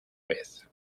vez